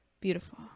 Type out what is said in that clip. Beautiful